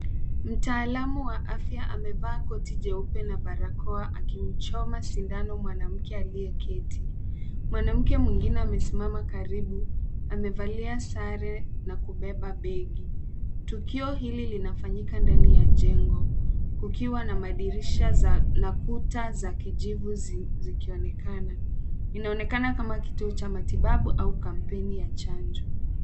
Mtaalamu wa afya amevaa koti jeupe na barakoa akimchoma sindano mwanamke aliyeketi. mwanamke mwingine amesimama karibu, amevalia sare na kubeba begi. Tukio hili linafanyika ndani ya jengo kukiwa na madirisha na kuta za kijivu zikionekana. Inaonekana kama kituo cha matibabu au kampeni ya chanjo.